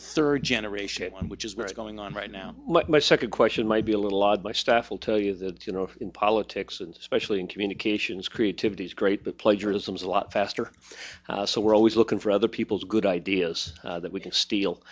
a third generation one which is very going on right now but my second question might be a little odd but staff will tell you that you know in politics and specially in communications creativity is great but plagiarism is a lot faster so we're always looking for other people's good ideas that we can steal